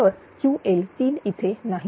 तर Ql3 इथे नाही